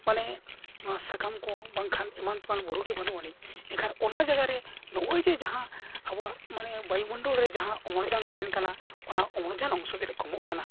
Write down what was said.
ᱢᱟᱱᱮ ᱱᱚᱣᱟ ᱥᱟᱠᱟᱢ ᱠᱚ ᱵᱟᱝᱠᱷᱟᱱ ᱮᱢᱟᱱᱼᱛᱮᱢᱟᱱ ᱵᱩᱨᱩᱜᱮ ᱵᱟᱹᱱᱩᱜ ᱟᱹᱱᱤᱡ ᱮᱱᱠᱷᱟᱱ ᱚᱱᱟ ᱡᱟᱭᱜᱟᱨᱮ ᱱᱚᱜᱼᱚᱭ ᱡᱮ ᱡᱟᱦᱟᱸ ᱟᱵᱚᱣᱟᱜ ᱢᱟᱱᱮ ᱵᱟᱭᱩᱢᱚᱱᱰᱚᱞ ᱨᱮ ᱡᱟᱦᱟᱸ ᱚᱢᱚᱱᱡᱟᱱ ᱛᱟᱦᱮᱱ ᱠᱟᱱᱟ ᱚᱱᱟ ᱚᱢᱚᱱᱡᱟᱱ ᱚᱝᱥᱚ ᱛᱮᱫ ᱠᱚᱢᱚᱜ ᱠᱟᱱᱟ